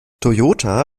toyota